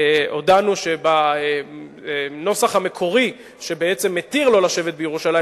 הודענו שבנוסח המקורי שבעצם מתיר לא לשבת בירושלים,